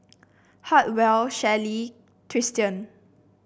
Hartwell Shelly Tristian